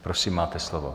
Prosím máte slovo.